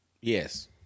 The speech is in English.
yes